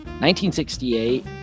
1968